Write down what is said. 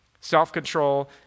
Self-control